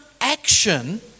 action